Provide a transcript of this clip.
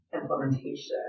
implementation